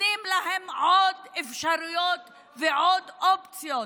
נותנים להם עוד אפשרויות ועוד אופציות